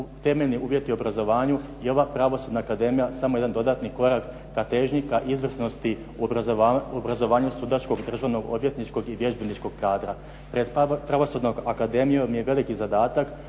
temeljni uvjeti u obrazovanju i ova pravosudna akademija je samo jedan dodatni korak ka težnji ka izvrsnosti u obrazovanju sudačkog i državno odvjetničkog i vježbeničkog kadra. Pred pravosudnom akademijom je veliki zadatak,